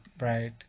Right